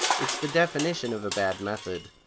it's the definition of a bad method.